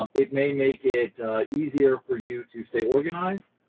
um it may make it easier for you to stay organized.